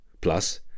Plus